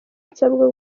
nsabwa